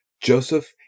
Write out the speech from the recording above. Joseph